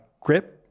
grip